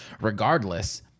Regardless